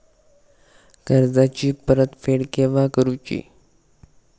कर्जाची परत फेड केव्हा करुची?